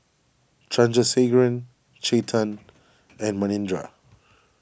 Chandrasekaran Chetan and Manindra